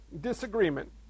disagreement